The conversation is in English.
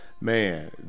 man